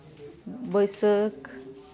ᱵᱟᱭᱥᱟᱹᱠᱷ